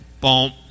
boom